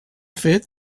fet